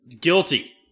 Guilty